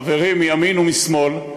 חברים מימין ומשמאל,